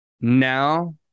now